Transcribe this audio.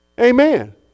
Amen